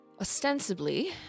ostensibly